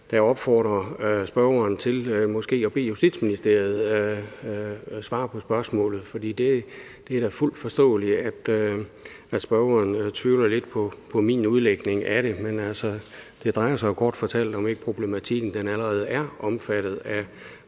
da opfordre spørgeren til måske at bede Justitsministeriet svare på spørgsmålet, for det er da fuldt forståeligt, at spørgeren tvivler lidt på min udlægning af det. Men det drejer sig jo kort fortalt om, om ikke problematikken allerede er omfattet af